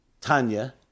Tanya